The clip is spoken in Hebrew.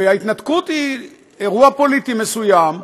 וההתנתקות היא אירוע פוליטי מסוים.